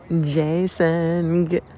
Jason